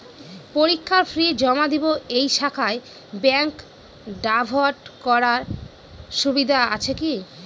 পরীক্ষার ফি জমা দিব এই শাখায় ব্যাংক ড্রাফট করার সুবিধা আছে কি?